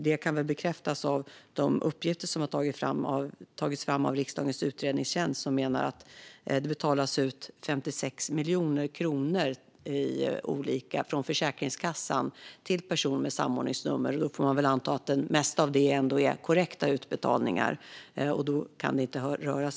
Det kan bekräftas av de uppgifter som riksdagens utredningstjänst har tagit fram om att Försäkringskassan betalar ut 56 miljoner kronor till personer med samordningsnummer. Vi får alltså anta att det mesta är korrekta utbetalningar.